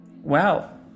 Wow